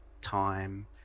time